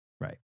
Right